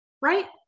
right